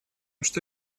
что